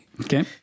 Okay